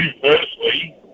firstly